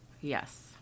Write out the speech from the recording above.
Yes